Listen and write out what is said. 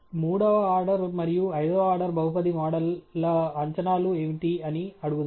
మూడవ ఆర్డర్ మరియు ఐదవ ఆర్డర్ బహుపది మోడల్ ల అంచనాలు ఏమిటి అని అడుగుదాం